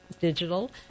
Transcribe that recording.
digital